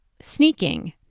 sneaking